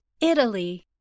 Italy